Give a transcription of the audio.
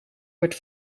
wordt